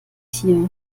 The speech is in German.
tier